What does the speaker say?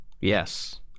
Yes